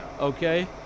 okay